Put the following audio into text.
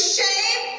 shame